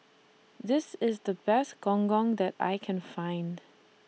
This IS The Best Gong Gong that I Can Find